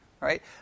right